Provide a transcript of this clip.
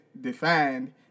defined